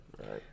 Right